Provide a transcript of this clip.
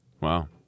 Wow